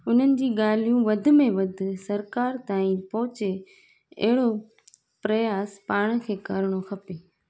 उन्हनि जी ॻाल्हियूं वधि में वधि सरकारि ताईं पहुचे अहिड़ो प्रयास पाण खे करणो खपे